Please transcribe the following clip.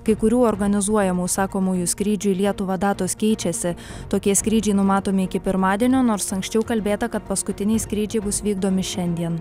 kai kurių organizuojamų užsakomųjų skrydžių į lietuvą datos keičiasi tokie skrydžiai numatomi iki pirmadienio nors anksčiau kalbėta kad paskutiniai skrydžiai bus vykdomi šiandien